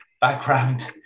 background